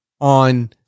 on